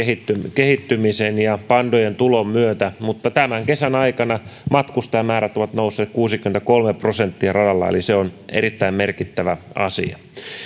kehittymisen ja pandojen tulon myötä tämän kesän aikana matkustajamäärät ovat nousseet kuusikymmentäkolme prosenttia radalla eli se on erittäin merkittävä asia